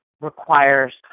requires